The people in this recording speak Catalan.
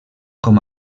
com